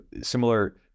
similar